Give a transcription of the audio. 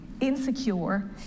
insecure